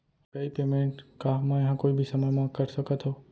UPI payment का मैं ह कोई भी समय म कर सकत हो?